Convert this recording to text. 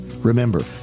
Remember